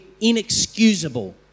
inexcusable